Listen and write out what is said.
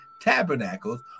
Tabernacles